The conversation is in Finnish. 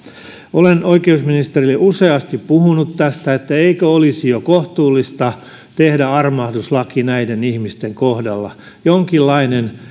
olen oikeusministerille useasti puhunut tästä että eikö olisi jo kohtuullista tehdä armahduslaki näiden ihmisen kohdalla jonkinlainen